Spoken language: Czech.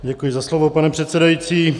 Děkuji za slovo, pane předsedající.